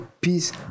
peace